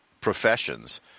professions